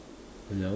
I know